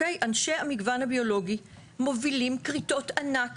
אנשי המגוון הביולוגי מובילים כריתות ענק